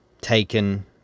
taken